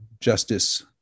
Justice